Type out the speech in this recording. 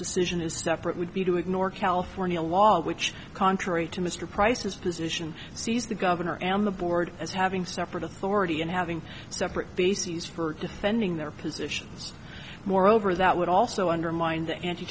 decision is separate would be to ignore california law which contrary to mr price's position sees the governor and the board as having separate authority and having separate bases as for defending their positions moreover that would also undermine the